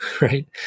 right